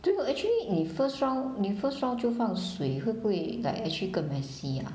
actually 你 first round 你 first round 就放水会不会 like actually 更 messy ah